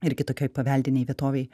ir kitokioj paveldinėj vietovėj